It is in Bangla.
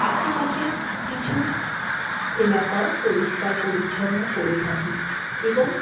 আশেপাশের কিছু এলাকাও পরিষ্কার পরিচ্ছন্ন করে থাকি এবং